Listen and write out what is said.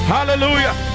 Hallelujah